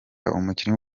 umukinnyi